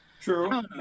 True